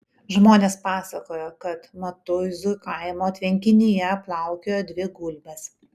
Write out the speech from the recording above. žmonės pasakojo kad matuizų kaimo tvenkinyje plaukiojo dvi gulbės